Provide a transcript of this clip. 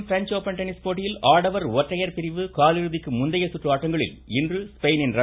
French open tennis போட்டியில் ஆடவர் ஒற்றையர் பிரிவு கால் இறுதிக்கு முந்தைய சுற்று ஆட்டங்களில் இன்று ஸ்பெயினின் ர